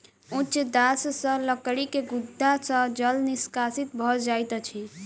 उच्च दाब सॅ लकड़ी के गुद्दा सॅ जल निष्कासित भ जाइत अछि